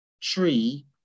tree